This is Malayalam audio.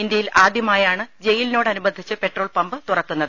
ഇന്ത്യയിൽ ആദ്യമായാണ് ജയിലിനോടനുബന്ധിച്ച് പെട്രോൾപമ്പ് തുറക്കുന്നത്